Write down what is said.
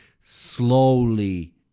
slowly